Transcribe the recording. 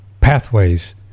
pathways